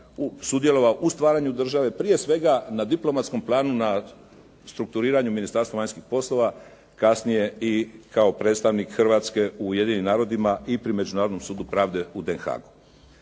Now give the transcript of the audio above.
sudjelovao u stvaranju države, prije svega na diplomatskom planu na strukturiranju Ministarstva vanjskih poslova, kasnije i kao predstavnik Hrvatske u Ujedinjenim narodima i pri Međunarodnom sudu pravde u Den Haag-u.